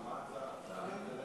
על מה ההצבעה?